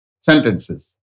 sentences